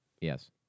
Yes